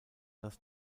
das